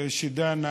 שדנה